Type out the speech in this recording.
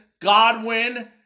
Godwin